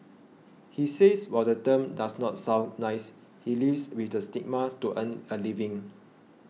he says while the term does not sound nice he lives with the stigma to earn a living